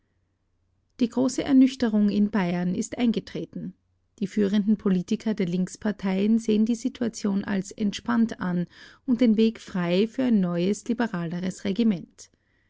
die große ernüchterung in bayern ist eingetreten die führenden politiker der linksparteien sehen die situation als entspannt an und den weg frei für ein neues liberaleres regiment